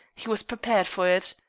he was prepared for it.